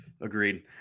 Agreed